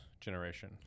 generation